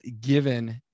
given